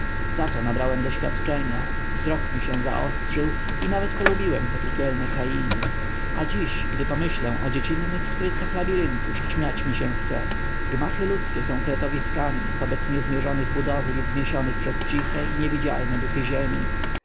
świat zato nabrałem doświadczenia wzrok zaostrzył mi się i nawet polubiłem te piekielne krainy a dziś gdy pomyślę o dziecinnych skrytkach labiryntu śmiać mi się chce gmachy ludzkie są kretowiskami wobec niezmiernych budowli wzniesionych przez ciche i niewidzialne duchy ziemi